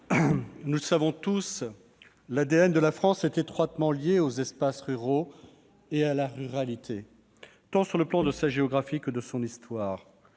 nous le savons tous, l'ADN de la France est étroitement lié aux espaces ruraux et à la ruralité, tant sur le plan de sa géographie que de son histoire.